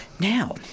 Now